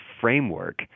framework